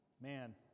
Man